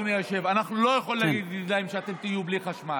אדוני היושב-ראש: אנחנו לא יכולים להגיד להם "אתם תהיו בלי חשמל".